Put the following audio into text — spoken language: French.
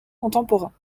contemporains